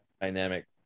dynamic